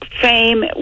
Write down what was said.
fame